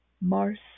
Mars